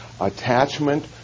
attachment